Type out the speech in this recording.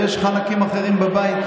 ויש חלקים אחרים בבית,